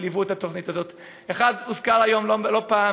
וליוו את התוכנית הזאת: האחד הוזכר היום לא פעם,